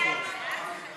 ההצעה להעביר את הצעת חוק